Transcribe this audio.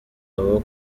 abo